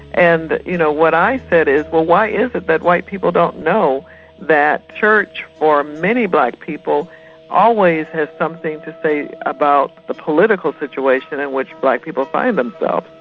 and you know, what i said is, well why is it that white people don't know that church for many black people always has something to say about the political situation in which black people find themselves.